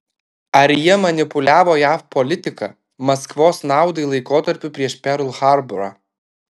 ar jie manipuliavo jav politika maskvos naudai laikotarpiu prieš perl harborą